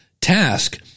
task